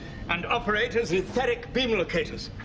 and operate as etheric beam locators,